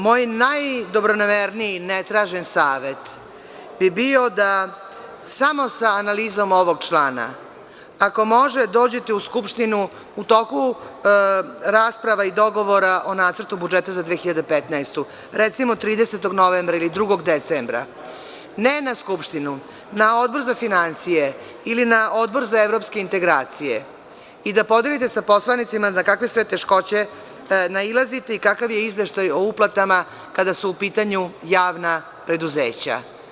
Moj najdobronamerniji ne tražen savet bi bio da samo sa analizom ovog člana ako možete dođete u Skupštinu u toku rasprava i dogovora i nacrta budžeta za 2015, recimo 30. novembra ili 2. decembra, ne na Skupštinu, na Odbor za finansije ili na Odbor za evropske integracije i da podelite sa poslanicima na kakve sve teškoće nailazite i kakav je izveštaj o uplatama kada su u pitanju javna preduzeća.